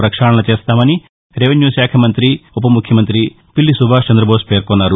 ప్రక్షాళన చేస్తామని రెవెన్యూ శాఖా మంతి ఉప ముఖ్యమంతి పిల్లి సుభాష్ చంద్ర బోస్ పేర్కొన్నారు